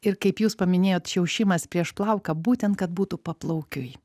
ir kaip jūs paminėjot šiaušimas prieš plauką būtent kad būtų paplaukiui